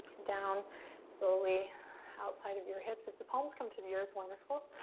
down slowly outside of your hips. if the palms come to the earth, wonderful.